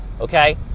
okay